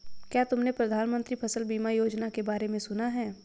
क्या तुमने प्रधानमंत्री फसल बीमा योजना के बारे में सुना?